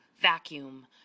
Vacuum